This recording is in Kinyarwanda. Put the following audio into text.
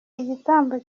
igitambo